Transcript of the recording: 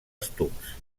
estucs